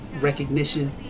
recognition